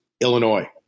Illinois